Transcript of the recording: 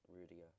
Rudiger